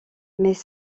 mais